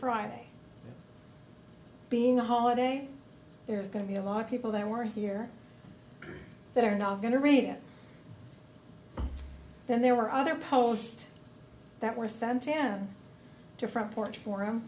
friday being a holiday there is going to be a lot of people that were here that are not going to read it then there were other posts that were sent him to front porch for him